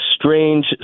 strange